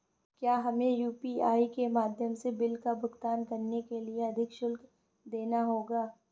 क्या हमें यू.पी.आई के माध्यम से बिल का भुगतान करने के लिए अधिक शुल्क देना होगा?